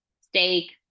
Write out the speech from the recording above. steak